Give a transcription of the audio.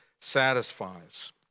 satisfies